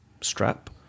strap